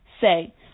Say